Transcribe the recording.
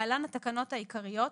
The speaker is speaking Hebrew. (להלן - התקנות העיקריות),